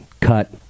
cut